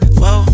Whoa